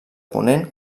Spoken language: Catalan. ponent